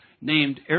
named